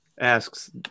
asks